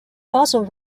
fossil